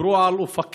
דיברו על אופקים,